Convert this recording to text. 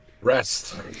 Rest